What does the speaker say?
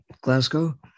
glasgow